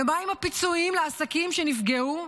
ומה עם הפיצויים לעסקים שנפגעו?